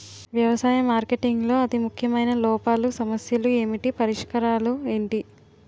వ్యవసాయ మార్కెటింగ్ లో అతి ముఖ్యమైన లోపాలు సమస్యలు ఏమిటి పరిష్కారాలు ఏంటి?